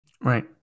Right